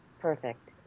Perfect